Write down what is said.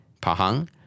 Pahang